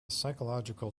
psychological